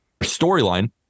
storyline